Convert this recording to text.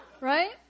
Right